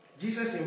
Jesus